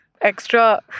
extra